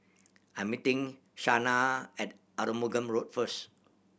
I'm meeting Shanna at Arumugam Road first